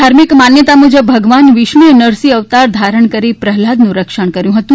ધાર્મિક માન્યતા મુજબ ભગવાન વિષ્ણુએ નરસિંહ અવતાર ધારણ કરી પ્રહલાદનું રક્ષણ કર્યુ હતુ